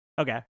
Okay